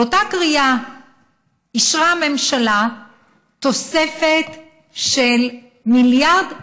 באותה קריאה אישרה הממשלה תוספת של מיליארד שקל,